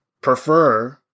prefer